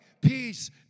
peace